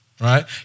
right